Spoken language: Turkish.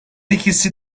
ikisi